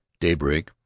daybreak